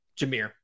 Jameer